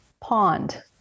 pond